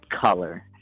color